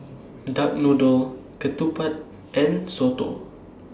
Duck Noodle Ketupat and Soto